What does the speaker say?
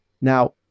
Now